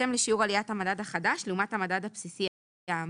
בהתאם לשיעור עליית המדד החדש לעומת המדד הבסיסי האמור,